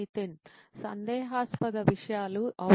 నితిన్ సందేహాస్పద విషయాలు అవును